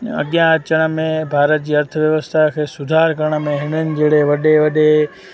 अॻियां अचण में भारत जी अर्थव्यवस्था सुधार करण में हिननि जहिड़े वॾे में वॾे